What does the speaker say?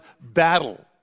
battle